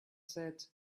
said